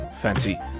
fancy